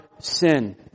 sin